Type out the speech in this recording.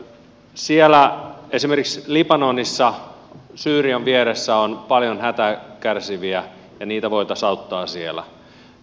siellä esimerkiksi libanonissa syyrian vieressä on paljon hätää kärsiviä ja heitä voitaisiin auttaa siellä